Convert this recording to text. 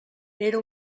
era